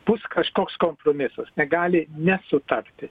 bus kažkoks kompromisas negali nesutapti